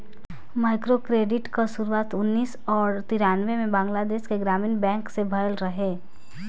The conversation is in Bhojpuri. माइक्रोक्रेडिट कअ शुरुआत उन्नीस और तिरानबे में बंगलादेश के ग्रामीण बैंक से भयल रहे